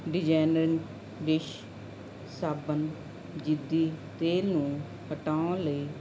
ਡਿਜ਼ੈਨਨ dish ਸਾਬਣ ਜ਼ਿੱਦੀ ਤੇਲ ਨੂੰ ਹਟਾਉਣ ਲਈ